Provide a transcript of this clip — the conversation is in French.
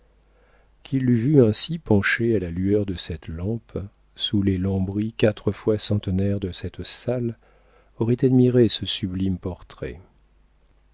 qui l'eût vue ainsi penchée à la lueur de cette lampe sous les lambris quatre fois centenaires de cette salle aurait admiré ce sublime portrait